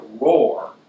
roar